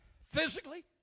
physically